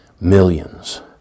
millions